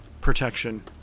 protection